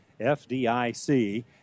FDIC